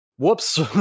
whoops